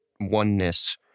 oneness